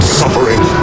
suffering